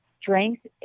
strength